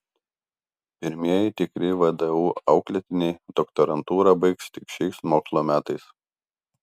pirmieji tikri vdu auklėtiniai doktorantūrą baigs tik šiais mokslo metais